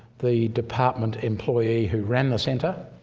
the department employee who ran the centre.